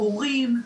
הורים,